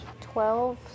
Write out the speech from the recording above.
Twelve